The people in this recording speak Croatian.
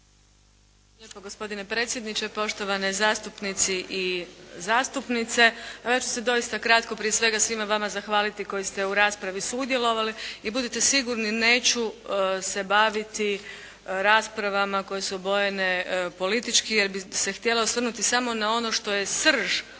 lijepo gospodine predsjedniče, poštovani zastupnici i zastupnice. Pa ja ću se doista kratko prije svega svima vama zahvaliti koji ste u raspravi sudjelovali. I budite sigurni i neću se baviti raspravama koje su obojene politički, jer bih se htjela osvrnuti samo na ono što je srž